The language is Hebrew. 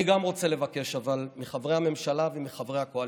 אבל אני גם רוצה לבקש מחברי הממשלה ומחברי הקואליציה: